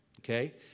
Okay